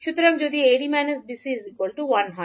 সুতরাং যদি 𝐀𝐃 𝐁𝐂 1 হয়